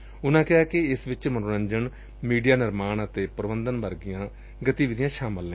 ਉਨ੍ਨਾ ਕਿਹਾ ਕਿ ਇਸ ਵਿਚ ਮਨੋਰੰਜਨ ਮੀਡੀਆ ਨਿਰਮਾਣ ਅਤੇ ਪ੍ਰਬੰਧਨ ਵਰਗੀਆਂ ਗਤੀਵਿਧੀਆਂ ਸ਼ਾਮਲ ਨੇ